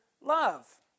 love